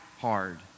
hard